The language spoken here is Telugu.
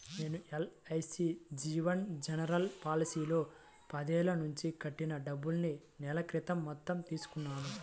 నేను ఎల్.ఐ.సీ జీవన్ సరల్ పాలసీలో పదేళ్ళ నుంచి కట్టిన డబ్బుల్ని నెల క్రితం మొత్తం తీసుకున్నాను